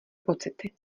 pocity